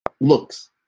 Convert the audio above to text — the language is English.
looks